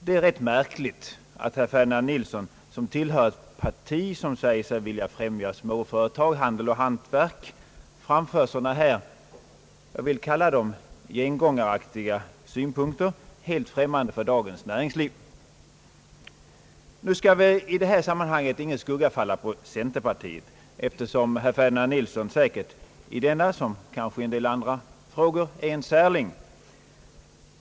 Det är rätt märkligt att herr Ferdinand Nilsson — vilken tillhör ett parti som säger sig vilja främja småföretagen inom handel och hantverk — framför så gengångaraktiga synpunkter, helt främmande för dagens näringsliv. Nu skall i detta sammanhang ingen skugga falla på centerpartiet, eftersom herr Ferdinand Nilsson säkert i denna liksom kanske i en del andra frågor är en särling.